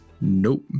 nope